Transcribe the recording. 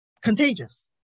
contagious